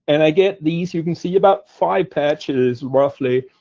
and i get these you can see about five patches, roughly,